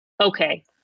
okay